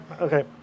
Okay